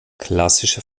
klassische